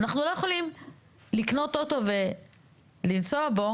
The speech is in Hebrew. אנחנו לא יכולים לקנות אוטו ולנסוע בו